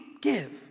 give